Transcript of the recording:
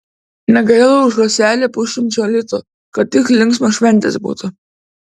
negaila už žąselę to pusšimčio litų kad tik linksmos šventės būtų